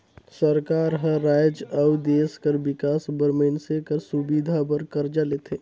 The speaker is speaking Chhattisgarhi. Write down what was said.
सरकार हर राएज अउ देस कर बिकास बर मइनसे कर सुबिधा बर करजा लेथे